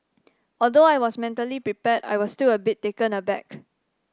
although I was mentally prepared I was still a bit taken aback